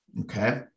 okay